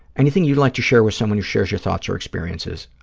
anything you'd like to share with someone who shares your thoughts or experiences?